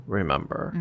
remember